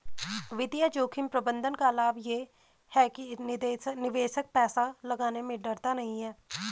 वित्तीय जोखिम प्रबंधन का लाभ ये है कि निवेशक पैसा लगाने में डरता नहीं है